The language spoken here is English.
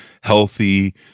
healthy